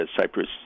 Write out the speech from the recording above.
Cyprus